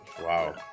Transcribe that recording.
Wow